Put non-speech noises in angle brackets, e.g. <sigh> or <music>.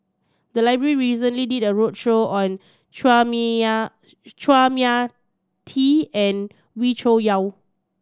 the library recently did a roadshow on Chua <unintelligible> Mia Tee and Wee Cho Yaw